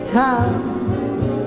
times